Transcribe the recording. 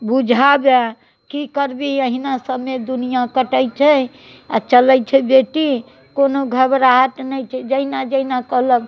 बुझाबै की करभी एहिना सभमे दुनिया कटै छै आ चलै छै बेटी कोनो घबराहट नहि छै जेहिना जेहिना कहलक